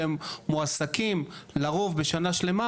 והם מועסקים לרוב בשנה שלמה,